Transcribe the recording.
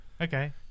Okay